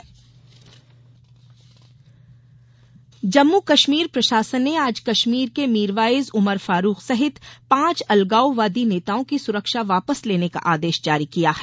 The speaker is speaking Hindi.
सुरक्षा वापस जम्मू कश्मीर प्रशासन ने आज कश्मीर के मीरवाइज उमर फारूख सहित पांच अलगाववादी नेताओं की सुरक्षा वापस लेने का आदेश जारी किया है